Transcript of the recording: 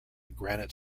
granite